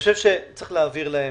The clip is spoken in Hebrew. צריך להבהיר להם,